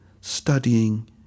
studying